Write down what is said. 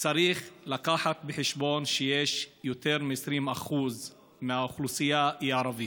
צריך לקחת בחשבון שיותר מ-20% מהאוכלוסייה היא ערבית.